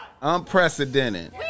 Unprecedented